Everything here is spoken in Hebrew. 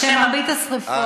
שמרבית השרפות,